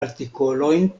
artikolojn